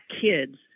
kids